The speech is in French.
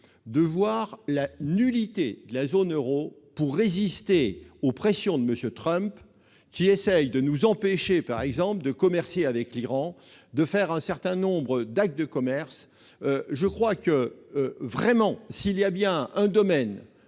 de voir la nullité de la zone Euro pour résister aux pressions de Monsieur Trump qui essayent de nous empêcher, par exemple, de commercer avec l'Iran, de faire un certain nombre d'actes de commerce je crois que vraiment s'il y a bien un domaine